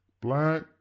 black